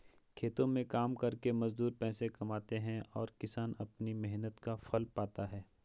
खेतों में काम करके मजदूर पैसे कमाते हैं और किसान अपनी मेहनत का फल पाता है